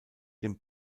dem